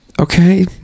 Okay